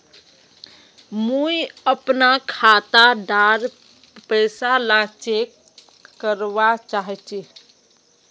मुई अपना खाता डार पैसा ला चेक करवा चाहची?